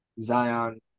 Zion